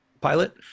pilot